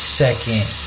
second